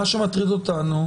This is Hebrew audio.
מה שמטריד אותנו